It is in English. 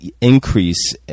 increase